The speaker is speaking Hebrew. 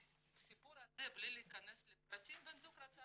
בסיפור הזה בלי להכנס לפרטים, בן הזוג רצה